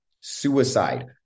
suicide